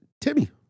Timmy